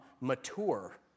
mature